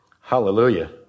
Hallelujah